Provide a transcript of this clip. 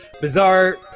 bizarre